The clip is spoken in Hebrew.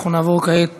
אנחנו נעבור כעת